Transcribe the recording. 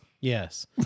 Yes